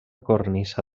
cornisa